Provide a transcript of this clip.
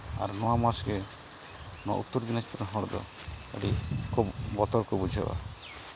ᱱᱚᱣᱟ ᱢᱟᱥᱜᱮ ᱱᱚᱣᱟ ᱩᱛᱛᱚᱨ ᱫᱤᱱᱟᱡᱽᱯᱩᱨ ᱦᱚᱲᱫᱚ ᱟᱹᱰᱤ ᱠᱚ ᱵᱚᱛᱚᱨ ᱠᱚ ᱵᱩᱡᱷᱟᱹᱣᱟ